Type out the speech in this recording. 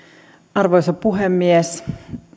arvoisa puhemies